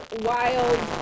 wild